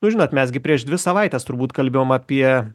nu žinot mes gi prieš dvi savaites turbūt kalbėjom apie